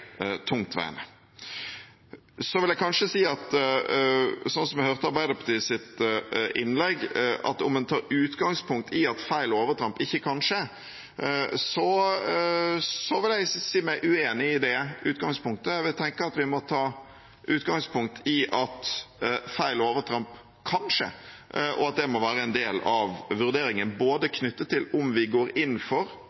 Sånn som jeg hørte Arbeiderpartiets innlegg, at om man tar utgangspunkt i at feil og overtramp ikke kan skje, vil jeg si meg uenig i det utgangspunktet. Jeg vil tenke at vi må ta utgangspunkt i at feil og overtramp kan skje, og at det må være en del av vurderingen både